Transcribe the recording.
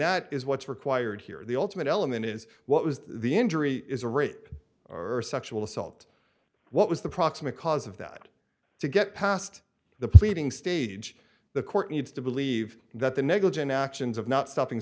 that is what's required here the ultimate element is what was the injury is a rape or sexual assault what was the proximate cause of that to get past the pleading stage the court needs to believe that the negligent actions of not st